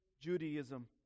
Judaism